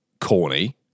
Corny